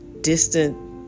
distant